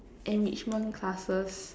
enrichment classes